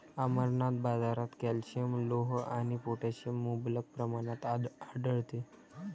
अमरनाथ, बाजारात कॅल्शियम, लोह आणि पोटॅशियम मुबलक प्रमाणात आढळते